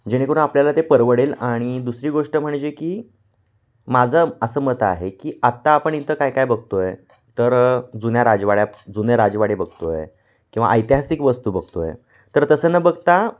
जेणेकरून आपल्याला ते परवडेल आणि दुसरी गोष्ट म्हणजे की माझं असं मत आहे की आत्ता आपण इथं काय काय बघतो आहे तर जुन्या राजवाड्या जुने राजवाडे बघतो आहे किंवा ऐतिहासिक वस्तू बघतो आहे तर तसं न बघता